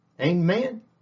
Amen